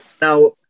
Now